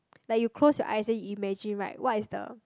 like you close your eyes then you imagine right what is the